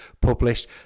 published